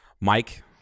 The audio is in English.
Mike